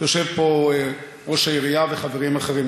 יושב פה ראש העירייה, וחברים אחרים.